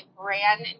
brand